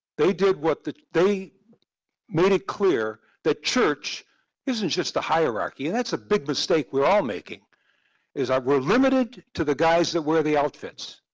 they did what the, they made it clear that church isn't just a hierarchy. and that's a big mistake we're all making is that we're limited to the guys that were the outfits.